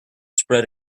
spread